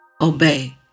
obey